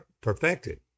perfected